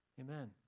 Amen